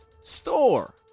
store